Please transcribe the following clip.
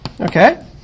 Okay